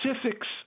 specifics